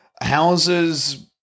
houses